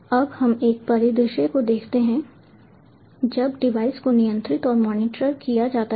अब हम एक परिदृश्य को देखते हैं जब डिवाइस को नियंत्रित और मॉनिटर किया जाता है